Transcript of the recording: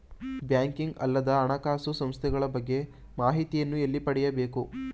Banking ಅಲ್ಲದ ಹಣಕಾಸು ಸಂಸ್ಥೆಗಳ ಬಗ್ಗೆ ಮಾಹಿತಿಯನ್ನು ಎಲ್ಲಿ ಪಡೆಯಬೇಕು?